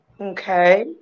Okay